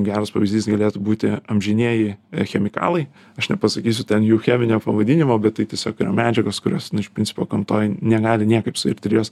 geras pavyzdys galėtų būti amžinieji chemikalai aš nepasakysiu ten jų cheminio pavadinimo bet tai tiesiog yra medžiagos kurios iš principo gamtoj negali niekaip suirt ir jos